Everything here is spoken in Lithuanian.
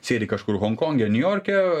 sėdi kažkur honkonge niujorke